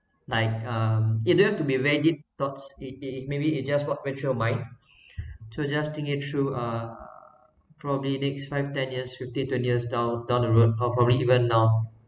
like um it don't have to be very deep thoughts it if maybe it just walk with through your mind to just think it through uh probably next five ten years fifteen twenty years down the road or probably even now